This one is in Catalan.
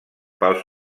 pels